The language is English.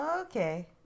Okay